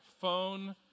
phone